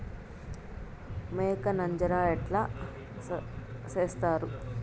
మేక నంజర ఎట్లా సేస్తారు?